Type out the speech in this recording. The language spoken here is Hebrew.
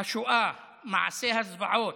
השואה, מעשי הזוועות,